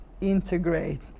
integrate